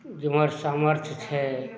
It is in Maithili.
जिमहर सामर्थ्य छै